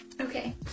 Okay